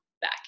back